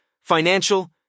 financial